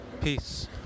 Peace